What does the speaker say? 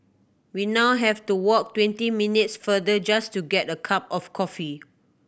we now have to walk twenty minutes farther just to get a cup of coffee